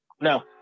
no